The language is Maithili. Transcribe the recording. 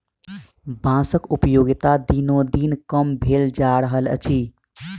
बाँसक उपयोगिता दिनोदिन कम भेल जा रहल अछि